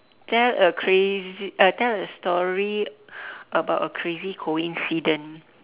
tell a crazy uh tell a story about a crazy coincidence